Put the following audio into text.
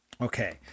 Okay